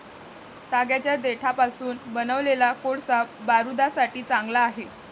तागाच्या देठापासून बनवलेला कोळसा बारूदासाठी चांगला आहे